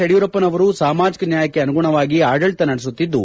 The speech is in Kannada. ಯಡಿಯೂರಪ್ಪನವರು ಸಾಮಾಜಿಕ ನ್ಯಾಯಕ್ಕೆ ಅನುಗುಣವಾಗಿ ಆಡಳಿತ ನಡೆಸುತ್ತಿದ್ದು